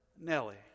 Nellie